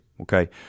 Okay